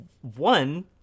One